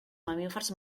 mamífers